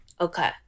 Okay